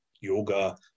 yoga